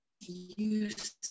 use